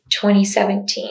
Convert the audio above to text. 2017